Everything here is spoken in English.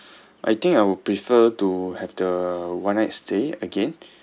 I think I would prefer to have the one night stay again